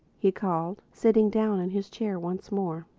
he called, sitting down in his chair once more.